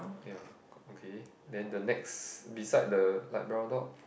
ya okay then the next beside the light brown dog